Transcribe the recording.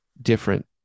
different